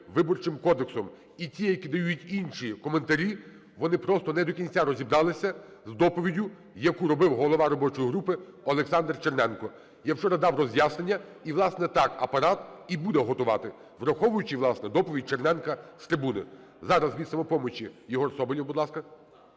Виборчим кодексом. І ті, які дають інші коментарі, вони просто не до кінця розібралися з доповіддю, яку робив голова робочої групи Олександр Черненко. Я вчора дав роз'яснення, і, власне, так Апарат і буде готувати, враховуючи, власне, доповідь Черненка з трибуни. Зараз від "Самопомочі" Єгор Соболєв, будь ласка.